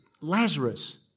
Lazarus